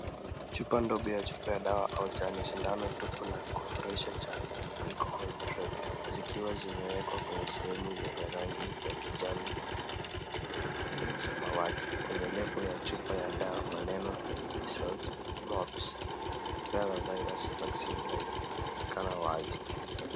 Chupa ndogo ya chupa ya dawa au chanjo sindano tupu na kufurisha cha alcohol prep zikiwa zimewekwa kwenye sehemu yenye rangi ya kijani, samawati .Kwenye lebo ya chupa ya dawa maneno missiles mops. Bella virus vaccine like yanakana wazi.